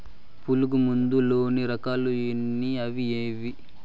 పులుగు మందు లోని రకాల ఎన్ని అవి ఏవి?